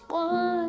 one